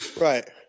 right